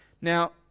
Now